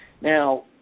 Now